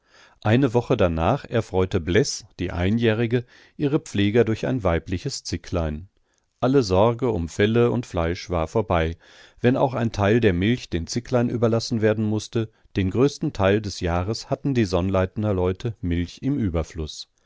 eine woche danach erfreute bleß die einjährige ihre pfleger durch ein weibliches zicklein alle sorge um felle und fleisch war vorbei wenn auch ein teil der milch den zicklein überlassen werden mußte den größten teil des jahres hatten die sonnleitnerleute milch im überfluß